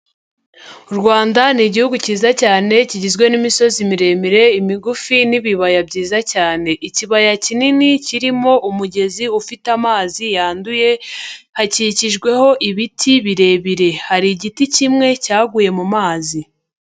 U Rwanda ni Igihugu kiza cyane kigizwe n'imisozi miremire, imigufi n'ibibaya byiza cyane. Ikibaya kinini kirimo umugezi ufite amazi yanduye hakikijweho ibiti birebire, hari igiti kimwe cyaguye mu mazi.